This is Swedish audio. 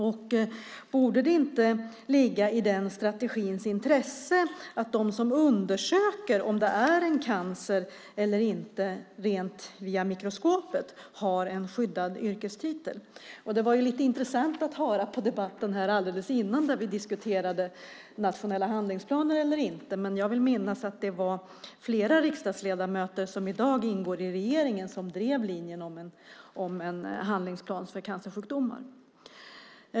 Men borde det inte vara av intresse när det gäller den strategin att de som via mikroskopet undersöker om det är en cancer eller inte har en skyddad yrkestitel? Det var ganska intressant att lyssna på debatten alldeles före denna där vi diskuterade nationella handlingsplaner eller inte. Jag vill minnas att flera av de riksdagsledamöter som i dag ingår i regeringen drivit linjen om en handlingsplan för cancersjukdomar.